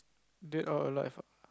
dead or alive ah